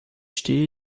stehe